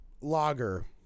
lager